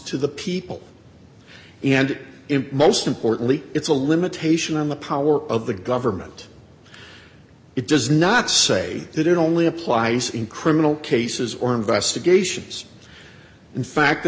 the people and in most importantly it's a limitation on the power of the government if it does not say that it only applies in criminal cases or investigations in fact the